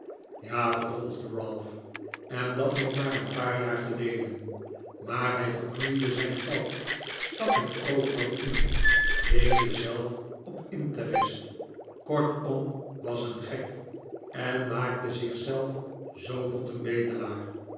ja vervolgde ralph en dat nog maar n paar jaar geleden maar hij verknoeide zijn geld stak het overal in leende zelf op interest kortom was een gek en maakte zich zelf zoo tot een bedelaar